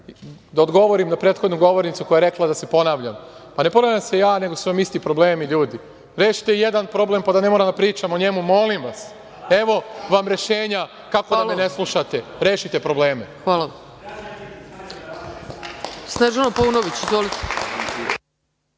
da odgovorim na prethodnu govornicu koja je rekla da se ponavljam. Ne ponavljam se ja, nego su nam isti problemi, ljudi. Rešite jedan problem pa da ne moram da pričam o njemu, molim vas. Evo vam rešenja kako da me ne slušate - rešite probleme.